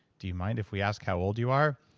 do you mind if we ask how old you are?